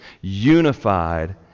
unified